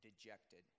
dejected